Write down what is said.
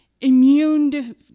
immune